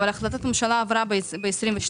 אבל החלטת הממשלה עברה ב-22'.